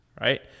Right